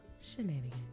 Shenanigans